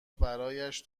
برایش